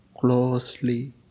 closely